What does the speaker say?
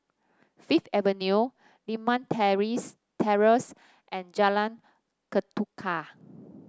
Fifth Avenue Limau Terrace Torrace and Jalan Ketuka